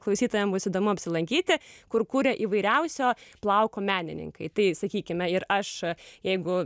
klausytojam bus įdomu apsilankyti kur kuria įvairiausio plauko menininkai tai sakykime ir aš jeigu